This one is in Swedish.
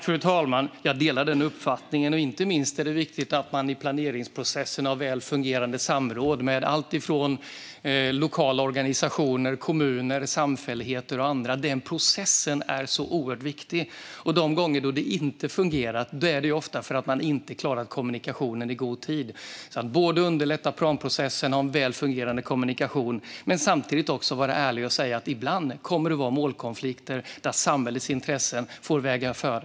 Fru talman! Jag delar den uppfattningen. Inte minst är det viktigt att man i planeringsprocessen har väl fungerande samråd med allt från kommuner till lokala organisationer, samfälligheter och andra. Den processen är oerhört viktig, och de gånger då det inte fungerat är det ofta för att man inte klarat kommunikationen i god tid. Vi ska både underlätta planprocessen och ha en väl fungerande kommunikation men samtidigt vara ärliga och säga att ibland kommer det att bli målkonflikter där samhällets intressen får gå före.